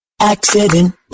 accident